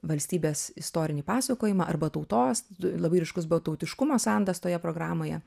valstybės istorinį pasakojimą arba tautos labai ryškus bet tautiškumo sandas toje programoje